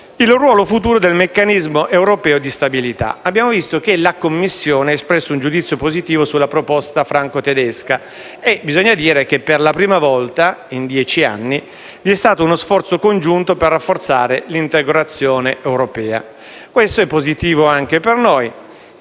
il ruolo futuro del meccanismo europeo di stabilità. Abbiamo visto che la Commissione ha espresso un giudizio positivo sulla proposta franco-tedesca. Bisogna dire che, per la prima volta in dieci anni, vi è stato uno sforzo congiunto per rafforzare l'integrazione europea. Questo è positivo anche per noi.